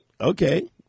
Okay